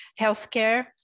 healthcare